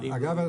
אגב,